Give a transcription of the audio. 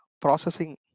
processing